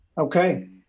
Okay